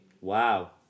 Wow